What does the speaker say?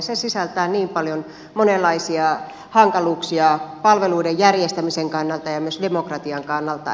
se sisältää niin paljon monenlaisia hankaluuksia palveluiden järjestämisen kannalta ja myös demokratian kannalta